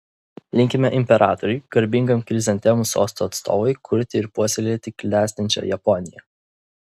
linkime imperatoriui garbingam chrizantemų sosto atstovui kurti ir puoselėti klestinčią japoniją